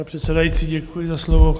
Pane předsedající, děkuji za slovo.